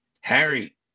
Harry